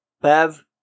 Bev